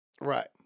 right